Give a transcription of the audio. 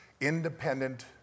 independent